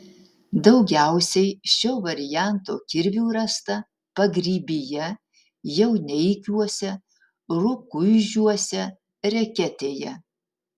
daugiausiai šio varianto kirvių rasta pagrybyje jauneikiuose rukuižiuose reketėje